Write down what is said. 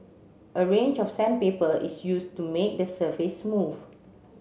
a range of sandpaper is used to make the surface smooth